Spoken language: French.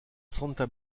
santa